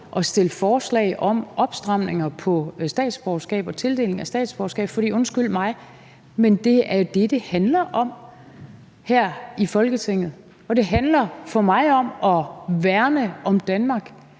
at fremsætte forslag om opstramninger på tildelingen af statsborgerskaber, for undskyld mig, det er det, det handler om her i Folketinget, og det handler for mig om at værne om Danmark,